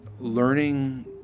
learning